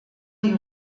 die